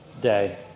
day